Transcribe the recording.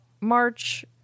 March